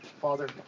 Father